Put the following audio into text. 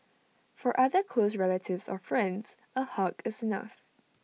for other close relatives or friends A hug is enough